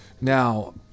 Now